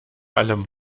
allem